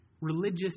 Religious